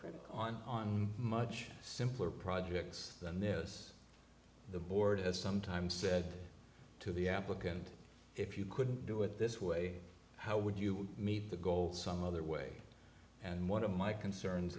critic on much simpler projects than this the board has sometimes said to the applicant if you couldn't do it this way how would you meet the goal some other way and one of my concerns